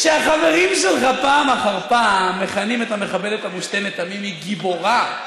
כשהחברים שלך פעם אחר פעם מכנים את המחבלת המושתנת תמימי "גיבורה"